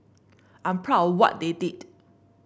I'm proud what they did